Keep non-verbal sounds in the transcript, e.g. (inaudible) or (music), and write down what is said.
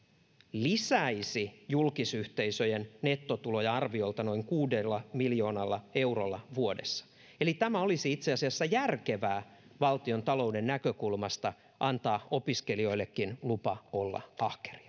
lisäisi julkisyhteisöjen nettotuloja arviolta noin kuudella miljoonalla eurolla vuodessa eli olisi itse asiassa järkevää valtiontalouden näkökulmasta antaa opiskelijoillekin lupa olla ahkeria (unintelligible)